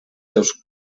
seus